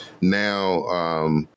now